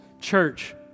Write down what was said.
Church